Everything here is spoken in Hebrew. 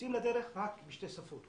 יוצאים לדרך רק עם שתי שפות.